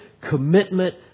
commitment